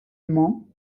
mans